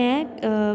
ਮੈਂ